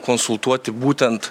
konsultuoti būtent